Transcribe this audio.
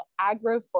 agroforestry